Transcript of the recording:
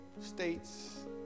states